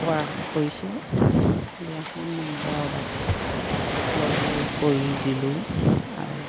কৰা কৰিছোঁ বিয়াখন এনেকৈ অৰ্ডাৰটো ল'লোঁ কৰি দিলোঁ আৰু